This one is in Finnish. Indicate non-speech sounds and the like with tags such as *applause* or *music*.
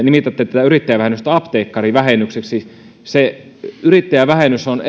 *unintelligible* nimitätte tätä apteekkarivähennykseksi se yrittäjävähennys on *unintelligible*